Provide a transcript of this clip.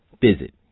Visit